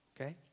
Okay